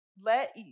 Let